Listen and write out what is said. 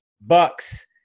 Bucks